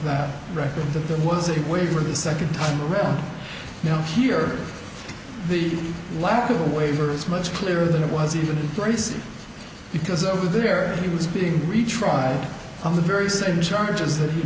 record that the was a way for the second time around now here the lack of a waiver is much clearer than it was even in prison because over there he was being retried on the very same charges that he